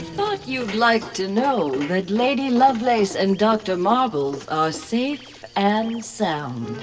thought you'd like to know that lady lovelace and dr. marbles are safe and sound.